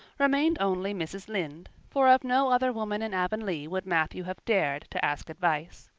remained only mrs. lynde for of no other woman in avonlea would matthew have dared to ask advice.